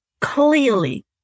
clearly